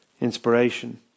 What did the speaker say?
inspiration